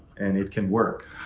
and it can work.